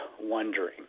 wondering